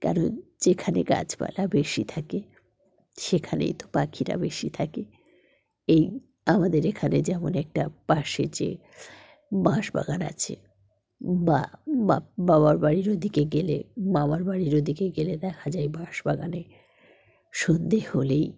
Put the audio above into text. কারণ যেখানে গাছপালা বেশি থাকে সেখানেই তো পাখিরা বেশি থাকে এই আমাদের এখানে যেমন একটা পাশে যে বাঁশ বাগান আছে বা বা বাবার বাড়ির ওদিকে গেলে বাবার বাড়ির ওদিকে গেলে দেখা যায় বাঁশ বাগানে সন্ধ্যে হলেই